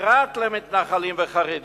פרט למתנחלים וחרדים: